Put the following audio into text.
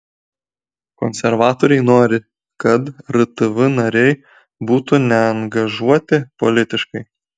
konservatoriai nori kad rtv nariai būtų neangažuoti politiškai